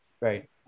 Right